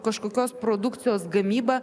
kažkokios produkcijos gamyba